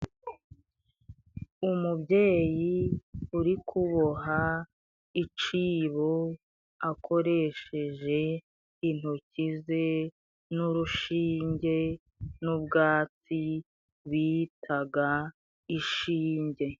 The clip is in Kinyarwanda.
Umubyeyi uri kuboha icibo, akoresheje intoki ze n'urushinge n'ubwatsi bitaga ishinge.